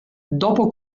dopo